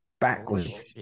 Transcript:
backwards